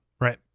Right